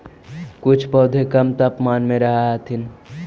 कुछ पौधे कम तापमान में रहथिन